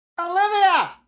Olivia